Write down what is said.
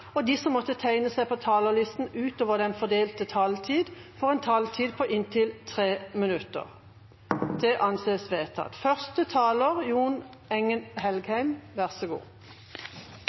at de som måtte tegne seg på talerlisten utover den fordelte taletid, får en taletid på inntil 3 minutter.